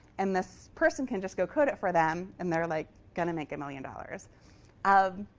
and this person can just go code it for them, and they're like going to make a million dollars um